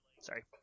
Sorry